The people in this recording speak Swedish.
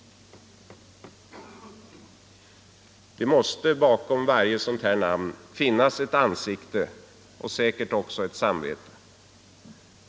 Det måste bakom varje sådant här namn finnas ett ansikte och säkert också ett samvete.